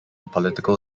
political